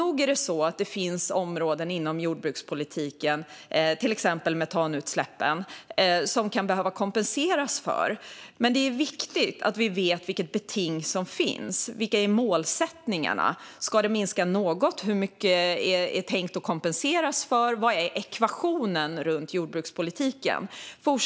Nog finns det områden inom jordbrukspolitiken, till exempel metanutsläppen, som kan behöva kompenseras för, men det är viktigt att vi vet vilket beting som finns och vilka målsättningarna är. Ska det minska något? Hur mycket är tänkt att kompenseras för? Vad är ekvationen i jordbrukspolitiken?